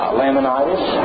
laminitis